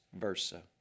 versa